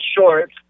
short